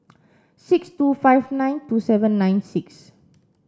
six two five nine two seven nine six